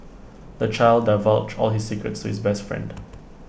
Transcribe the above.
the child divulged all his secrets to his best friend